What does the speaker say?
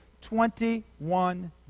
Twenty-one